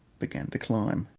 began to climb.